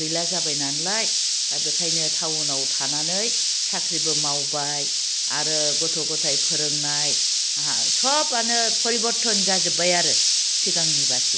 गैला जाबाय नालाय दा बेनिखायनो टाउनाव थानानै साख्रिबो मावबाय आरो गथ' गथाय फोरोंनाय सोबआनो फरिबर्तन जाजोब्बाय आरो सिगांनि बादि